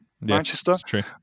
Manchester